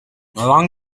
along